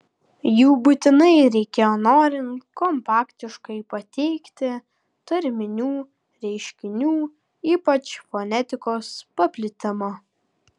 jų būtinai reikėjo norint kompaktiškai pateikti tarminių reiškinių ypač fonetikos paplitimą